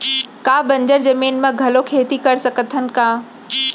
का बंजर जमीन म घलो खेती कर सकथन का?